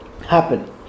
happen